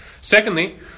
Secondly